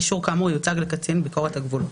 אישור כאמור יוצג לקצין ביקורת הגבולות.